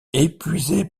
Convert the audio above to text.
épuisé